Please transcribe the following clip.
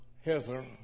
hither